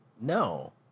No